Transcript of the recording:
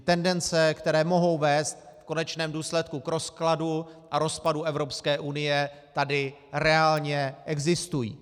Tendence, které mohou vést v konečném důsledku k rozkladu a rozpadu Evropské unie, tady reálně existují.